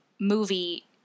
movie